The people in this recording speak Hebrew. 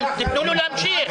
תנו לו להמשיך.